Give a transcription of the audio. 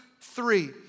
three